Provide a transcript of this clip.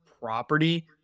property